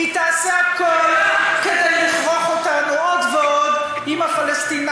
אז איזה זכות קיבלנו מהציבור בבחירות?